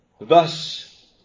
Thus